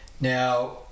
Now